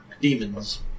Demons